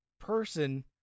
person